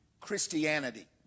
Christianity